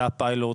זה הפיילוט,